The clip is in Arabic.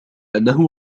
أنه